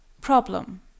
problem